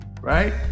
Right